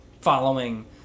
following